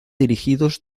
dirigidos